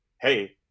hey